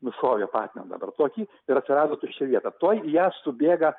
nušovė patiną dabar tokį ir atsirado tuščia vieta tuoj į ją subėga